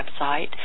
website